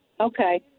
Okay